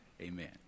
amen